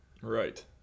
Right